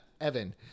Evan